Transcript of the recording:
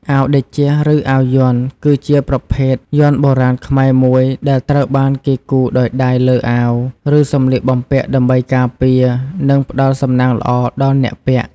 អាវតេជៈ ឬអាវយ័ន្ត គឺជាប្រភេទយ័ន្តបុរាណខ្មែរមួយដែលត្រូវបានគេគូរដោយដៃលើអាវ ឬសម្លៀកបំពាក់ ដើម្បីការពារ និងផ្ដល់សំណាងល្អដល់អ្នកពាក់។